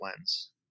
lens